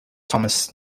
thomas